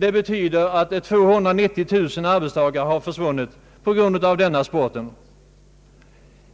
Det betyder att 290 000 arbetsdagar har försvunnit på grund av denna sport.